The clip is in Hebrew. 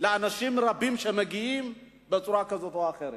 לאנשים רבים שמגיעים בצורה כזאת או אחרת.